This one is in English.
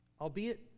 albeit